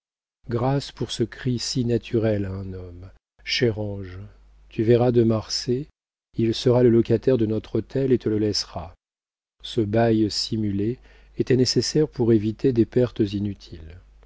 grâce pour ce cri si naturel à un homme chère ange tu verras de marsay il sera le locataire de notre hôtel et te le laissera ce bail simulé était nécessaire pour éviter des pertes inutiles